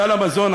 סל המזון,